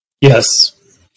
Yes